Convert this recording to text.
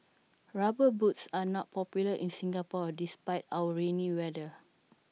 rubber boots are not popular in Singapore despite our rainy weather